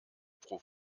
pro